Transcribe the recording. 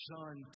John